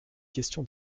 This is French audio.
question